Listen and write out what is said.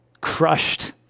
crushed